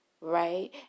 Right